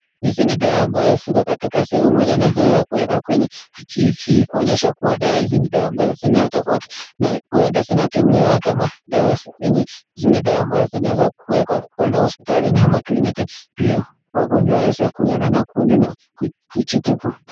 Hizi ni dawa ambazo ziko katika sehemu moja na zimewekwa kwenye kiiki, kuonyesha kwamba dawa hizi zinatofauti na uenda zinatumiwa kama dawa zenye. Hizi ni dawa ambazo zimewekwa pale hospitalini ama clinic, , ili wagonjwa waweze kuiona na kununua kujitibu.